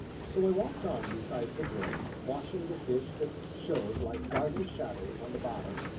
so i walked on beside the brook, watching the fish that showed like darting shadows on the bottom,